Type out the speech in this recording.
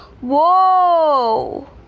whoa